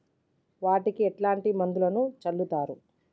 వాటికి ఎట్లాంటి మందులను చల్లుతరు?